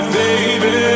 baby